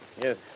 Yes